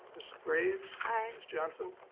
ms. graves. aye. ms. johnson.